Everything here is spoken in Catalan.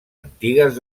antigues